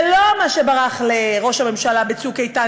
זה לא מה שברח לראש הממשלה ב"צוק איתן",